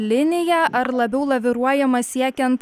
liniją ar labiau laviruojama siekiant